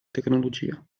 tecnologia